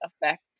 effect